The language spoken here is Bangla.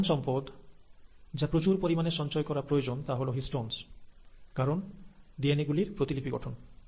একটি প্রধান সম্পদ যা প্রচুর পরিমাণে সঞ্চয় করা প্রয়োজন তা হল হিষ্টনস কারণ ডিএনএ গুলির প্রতিলিপি গঠন